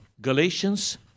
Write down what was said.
galatians